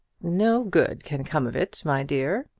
no good can come of it, my dear,